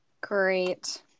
Great